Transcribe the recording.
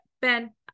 ben